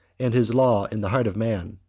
and his law in the heart of man.